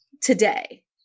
today